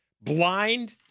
blind